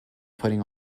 putting